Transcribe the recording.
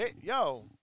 Yo